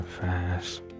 fast